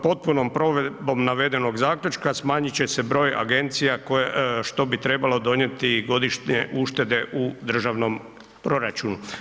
Potpunom provedbom navedenog zaključka smanjiti će se broj agencija što bi trebalo donijeti i godišnje uštede u državnom proračunu.